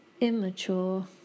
immature